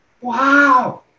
Wow